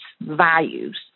values